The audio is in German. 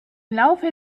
laufe